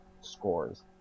scores